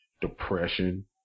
depression